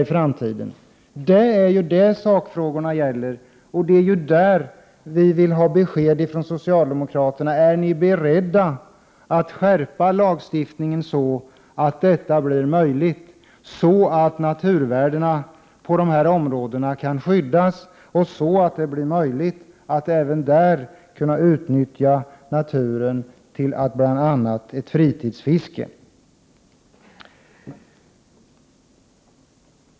Det är det sakfrågorna gäller. Det är om detta vi vill ha besked från socialdemokraterna: Är ni beredda att skärpa lagstiftningen så att detta blir möjligt, så att naturvärdena på dessa områden kan skyddas och så att det blir möjligt att även på dessa platser utnyttja naturen till bl.a. fritidsfiske?